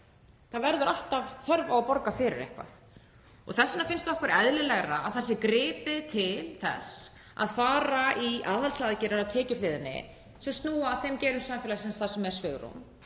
það verður alltaf þörf á að borga fyrir eitthvað. Þess vegna finnst okkur eðlilegra að það sé gripið til þess að fara í aðhaldsaðgerðir á tekjuhliðinni sem snúa að þeim geirum samfélagsins þar sem er svigrúm